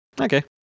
Okay